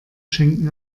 schenken